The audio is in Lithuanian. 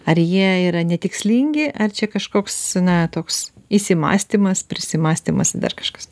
ar jie yra netikslingi ar čia kažkoks na toks įsimąstymas prisimąstymas ir dar kažkas